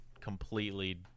completely